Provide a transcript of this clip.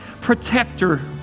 protector